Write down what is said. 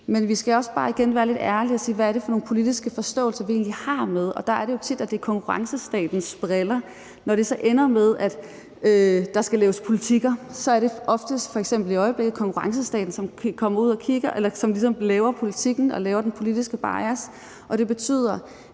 Men vi skal også bare igen være lidt ærlige og sige: Hvad er det for nogle politiske forståelser, vi egentlig har med os? Der er det jo tit sådan, at vi ser det med konkurrencestatens briller, og når det så ender med, at der skal laves politikker, så er det oftest, f.eks. i øjeblikket, konkurrencestaten, som politikken ligesom kommer til at laves ud fra, og som medfører en politisk bias. Det betyder,